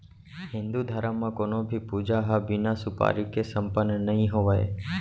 हिन्दू धरम म कोनों भी पूजा ह बिना सुपारी के सम्पन्न नइ होवय